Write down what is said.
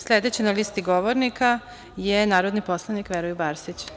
Sledeći na listi govornika je narodni poslanik, Veroljub Arsić.